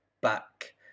back